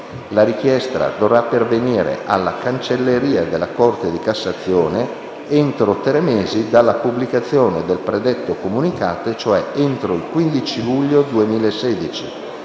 La richiesta dovrà pervenire alla cancelleria della Corte di cassazione entro tre mesi dalla pubblicazione del predetto comunicato e cioè entro il 15 luglio 2016